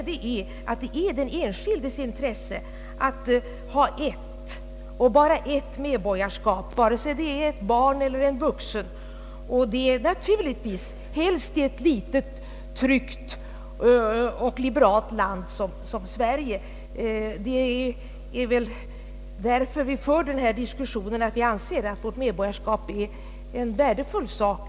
Det är i den enskildes intresse att ha ett medborgarskap — det gäller både barn och vuxna — och naturligtvis helst i ett tryggt och liberalt land som Sverige. Anledningen till att vi för den här diskussionen är väl att vi anser vårt medborgarskap vara en värdefull sak.